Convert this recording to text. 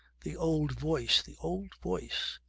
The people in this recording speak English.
the old voice, the old voice!